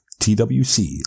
TWC